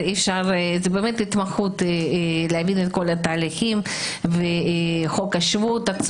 זו באמת התמחות להבין את כל התהליכים ואת חוק השבות.